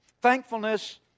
Thankfulness